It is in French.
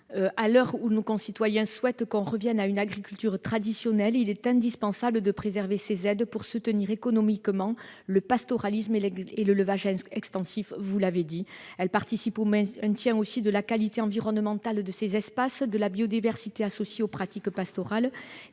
À l'heure où nos concitoyens souhaitent que l'on revienne à une agriculture traditionnelle, il est indispensable de préserver ces aides pour soutenir économiquement le pastoralisme et l'élevage extensif. Vous l'avez souligné, ces activités participent au maintien de la qualité environnementale de ces espaces et de la biodiversité associée aux pratiques pastorales.